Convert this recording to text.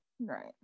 right